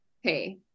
hey